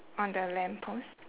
on the lamp post